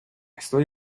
estoy